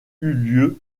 lieu